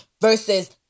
versus